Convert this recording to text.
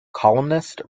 columnist